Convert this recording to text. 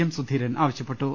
M Sudheeran ആവശ്യപ്പെട്ടു